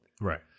Right